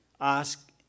ask